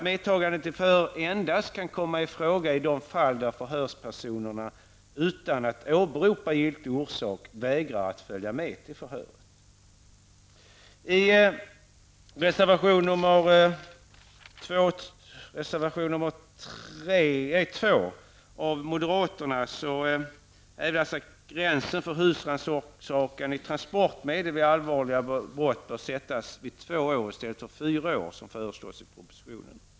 Medtagande till förhör kan endast komma i fråga i de fall då förhörspersonerna utan att åberopa giltig orsak vägrar att följa med till förhöret. I reservation nr 2 från moderaterna yrkas att gränsen för husrannsakan i transportmedel vid allvarliga brott bör sättas vid två år i stället för fyra år som föreslås i propositionen.